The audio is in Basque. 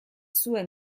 zuen